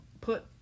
put